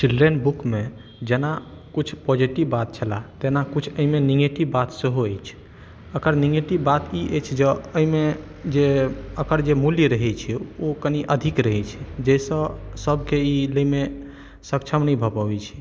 children बुकमे जेना किछु पॉज़िटिव बात छला तेना किछु एहिमे नेगेटिव बात सेहो अछि एकर नेगेटिव बात ई अछि जंँ एहिमे जे एकर जे मूल्य रहैत छै ओ कनी अधिक रहैत छै जाहिसँ सबके ई लएमे सक्षम नहि भऽ पबैत छै